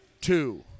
two